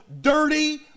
dirty